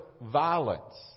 violence